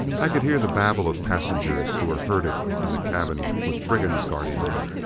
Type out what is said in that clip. i could hear the babble of passengers who were herded in the cabin with brigands guarding them.